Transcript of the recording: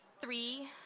Three